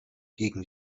gegen